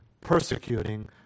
persecuting